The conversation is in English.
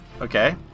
Okay